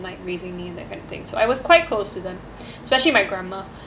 in like raising me and that kind of thing so I was quite close to them especially my grandma